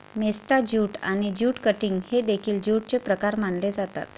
मेस्टा jute आणि jute cutting हे देखील ज्यूटचे प्रकार मानले जातात